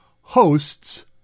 hosts